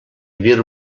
dir